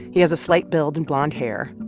he has a slight build and blond hair.